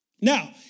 Now